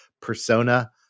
Persona